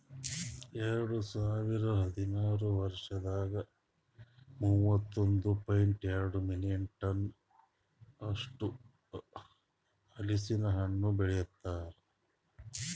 ಎರಡು ಸಾವಿರ ಹದಿನಾರು ವರ್ಷದಾಗ್ ಮೂವತ್ತೊಂದು ಪಾಯಿಂಟ್ ಎರಡ್ ಮಿಲಿಯನ್ ಟನ್ಸ್ ಅಷ್ಟು ಹಲಸಿನ ಹಣ್ಣು ಬೆಳಿತಾರ್